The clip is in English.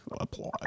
applause